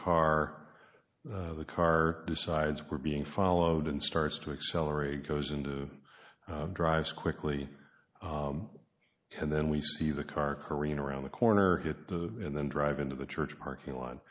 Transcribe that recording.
car the car decides we're being followed and starts to accelerate goes into drives quickly and then we see the car careening around the corner and then drive into the church parking lot